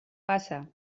passa